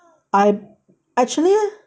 I actually